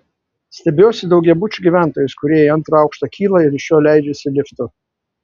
stebiuosi daugiabučių gyventojais kurie į antrą aukštą kyla ir iš jo leidžiasi liftu